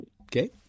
Okay